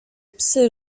psy